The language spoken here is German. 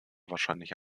wahrscheinlich